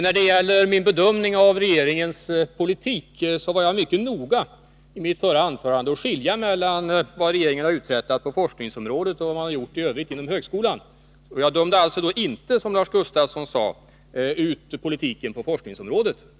När det gäller min bedömning av regeringens politik var jag i mitt anförande mycket noga med att skilja mellan vad regeringen har uträttat på forskningsområdet och vad man har gjort i övrigt inom högskolan. Jag dömde alltså inte ut, som Lars Gustafsson sade, politiken på forskningsområdet.